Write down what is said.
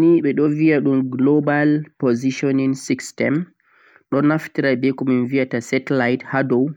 GPS nei o'don viya global position nei system don naftira be ko vieta setilite haa dauwu